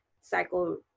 cycle